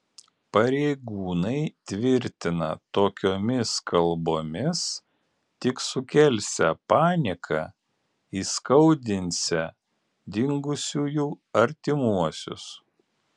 pareigūnai tvirtina tokiomis kalbomis tik sukelsią paniką įskaudinsią dingusiųjų artimuosius